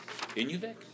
Inuvik